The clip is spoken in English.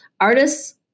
artists